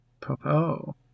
Popo